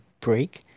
break